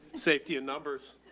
safety in numbers,